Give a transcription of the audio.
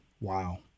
Wow